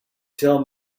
tell